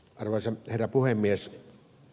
arvoisa herra puhemies